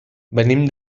venim